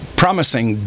promising